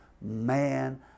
man